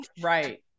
right